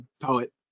poet